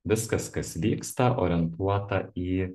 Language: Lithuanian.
viskas kas vyksta orientuota į